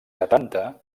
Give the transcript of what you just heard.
setanta